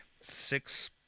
six